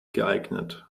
geeignet